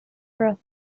ruth